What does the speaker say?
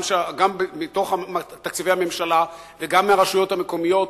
גם מתוך תקציבי הממשלה וגם מהרשויות המקומיות,